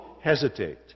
hesitate